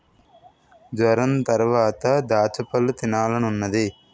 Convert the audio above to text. జొరంతరవాత దాచ్చపళ్ళు తినాలనున్నాది